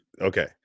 Okay